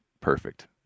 perfect